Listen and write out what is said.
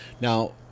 Now